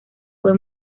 fue